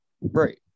Right